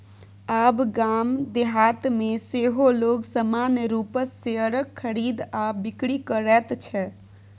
आब गाम देहातमे सेहो लोग सामान्य रूपसँ शेयरक खरीद आ बिकरी करैत छै